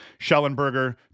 Schellenberger